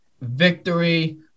Victory